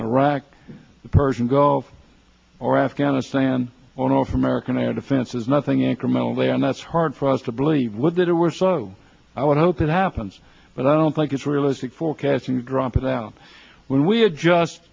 iraq the persian gulf or afghanistan or north american air defenses nothing incrementally and that's hard for us to believe what did it were so i would hope it happens but i don't think it's realistic forecasting drop out when we adjust